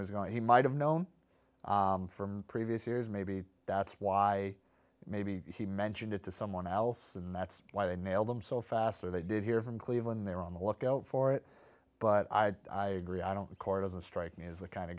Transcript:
was going he might have known from previous years maybe that's why maybe he mentioned it to someone else and that's why they nailed him so fast or they did hear from cleveland they're on the lookout for it but i agree i don't record doesn't strike me as the kind